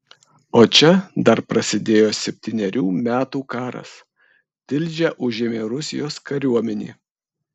o čia dar prasidėjo septynerių metų karas tilžę užėmė rusijos kariuomenė